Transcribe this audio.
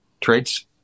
traits